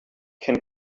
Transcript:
can